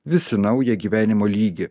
vis į naują gyvenimo lygį